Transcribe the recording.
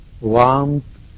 warmth